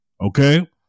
okay